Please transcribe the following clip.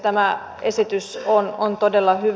tämä esitys on todella hyvä